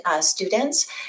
students